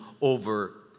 over